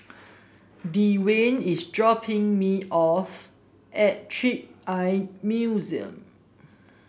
Dewayne is dropping me off at Trick Eye Museum